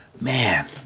Man